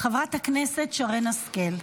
חברת הכנסת שרן השכל,